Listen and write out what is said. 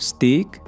Stick